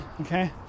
okay